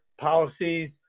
policies